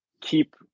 keep